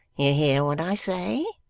you hear what i say